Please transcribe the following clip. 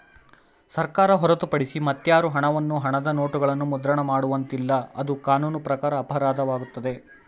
ಸರ್ಕಾರ ಹೊರತುಪಡಿಸಿ ಮತ್ಯಾರು ಹಣವನ್ನು ಹಣದ ನೋಟುಗಳನ್ನು ಮುದ್ರಣ ಮಾಡುವಂತಿಲ್ಲ, ಅದು ಕಾನೂನು ಪ್ರಕಾರ ಅಪರಾಧವಾಗುತ್ತದೆ